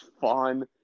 fun